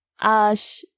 Ash